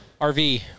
RV